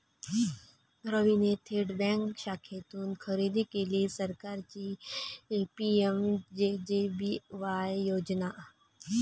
रवीने थेट बँक शाखेतून खरेदी केली सरकारची पी.एम.जे.जे.बी.वाय योजना